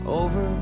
over